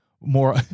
more